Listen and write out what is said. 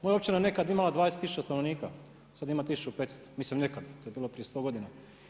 Moja općina nekada je imala 20 tisuća stanovnika, sada ima 1500, mislim nekad, to je bilo prije 100 godina.